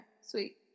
Sweet